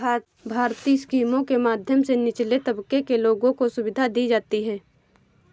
भारतीय स्कीमों के माध्यम से निचले तबके के लोगों को सुविधा दी जाती है